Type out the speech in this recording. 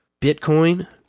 Bitcoin